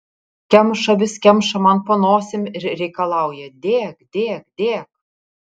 kemša vis kemša man po nosim ir reikalauja dėk dėk dėk